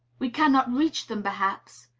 we cannot reach them, perhaps,